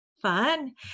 Fun